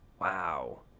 wow